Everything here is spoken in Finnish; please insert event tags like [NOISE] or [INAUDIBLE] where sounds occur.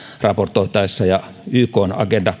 raportoitaessa ja ykn agenda [UNINTELLIGIBLE]